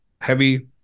heavy